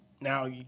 Now